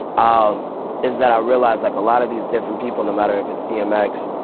um is that i realize like a lot of these different people, no matter if it's dmx,